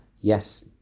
Yes